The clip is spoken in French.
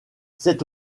c’est